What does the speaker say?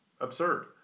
absurd